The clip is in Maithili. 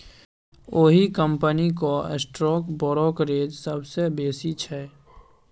ओहि कंपनीक स्टॉक ब्रोकरेज सबसँ बेसी छै